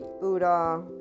buddha